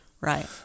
right